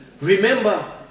remember